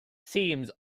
seems